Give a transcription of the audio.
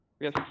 Yes